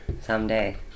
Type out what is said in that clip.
Someday